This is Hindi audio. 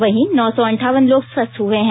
वहीं नौ सौ अंठावन लोग स्वस्थ्य हुए हैं